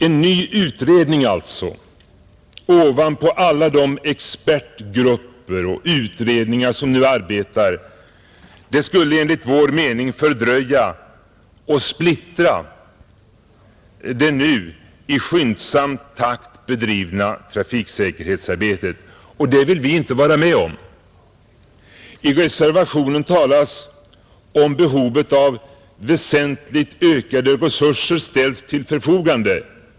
En ny utredning ovanpå alla de expertgrupper och utredningar som nu arbetar skulle enligt vår mening fördröja och splittra det nu i skyndsam takt bedrivna trafiksäkerhetsarbetet, och det vill vi inte vara med om, I reservationen talas om behovet av ”väsentligt ökade resurser”.